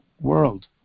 world